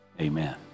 Amen